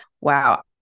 Wow